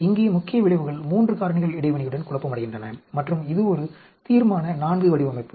இங்கே முக்கிய விளைவுகள் 3 காரணிகள் இடைவினையுடன் குழப்பமடைகின்றன மற்றும் இது ஒரு தீர்மான IV வடிவமைப்பு